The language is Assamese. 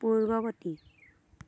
পূৰ্ৱবৰ্তী